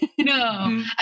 No